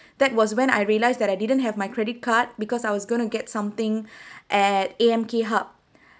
that was when I realised that I didn't have my credit card because I was gonna get something at A_M_K hub